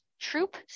Troop